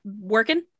working